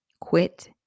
Quit